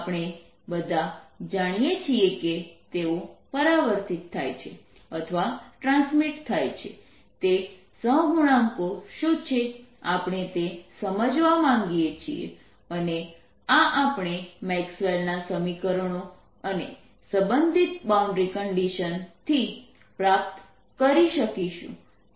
આપણે બધા જાણીએ છીએ કે તેઓ પરાવર્તિત થાય છે અથવા ટ્રાન્સમિટ થાય છે તે સહગુણાંકો શું છે આપણે તે સમજવા માંગીએ છીએ અને આ આપણે મેક્સવેલના સમીકરણો Maxwell's equations અને સંબંધિત બાઉન્ડ્રી કંડિશન્સ થી પ્રાપ્ત કરી શકીશું